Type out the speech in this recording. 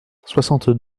soixante